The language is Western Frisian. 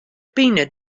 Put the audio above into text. pine